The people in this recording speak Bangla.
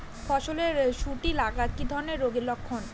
ফসলে শুটি লাগা কি ধরনের রোগের লক্ষণ?